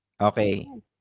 Okay